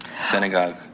synagogue